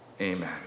amen